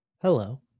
Hello